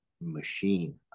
machine